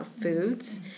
foods